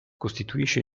costituisce